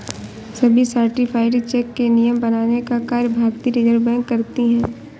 सभी certified cheque के नियम बनाने का कार्य भारतीय रिज़र्व बैंक करती है